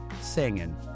Singing